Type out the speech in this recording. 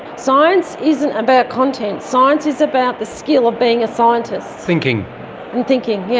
science isn't about content, science is about the skill of being a scientist. thinking. and thinking, yeah